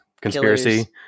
Conspiracy